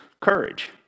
courage